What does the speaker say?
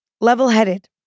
level-headed